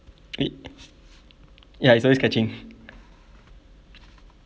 it ya it's always catching